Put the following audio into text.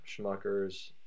Schmuckers